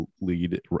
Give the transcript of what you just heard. lead